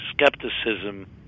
skepticism